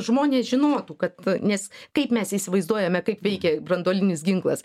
žmonės žinotų kad nes kaip mes įsivaizduojame kaip veikia branduolinis ginklas